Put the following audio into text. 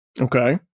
Okay